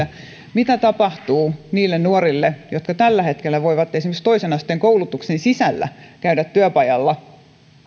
mitä tapahtuu niille nuorille jotka tällä hetkellä voivat esimerkiksi toisen asteen koulutuksen sisällä käydä työpajalla